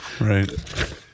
Right